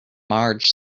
marge